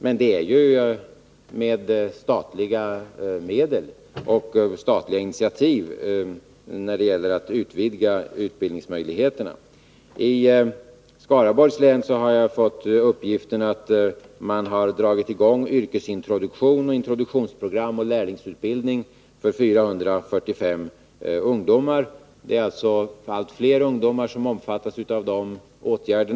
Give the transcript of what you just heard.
Men det krävs ju statliga medel och statliga initiativ när det gäller att utvidga utbildningsmöjligheterna. Jag har fått en uppgift om att man i Skaraborgs län har dragit i gång yrkesintroduktion, introduktionsprogram och lärlingsutbildning för 445 ungdomar. Allt fler ungdomar omfattas alltså av dessa åtgärder.